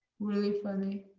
really funny.